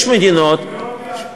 יש מדינות, בגאורגיה.